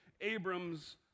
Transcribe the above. Abram's